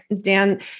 Dan